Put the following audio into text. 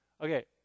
Okay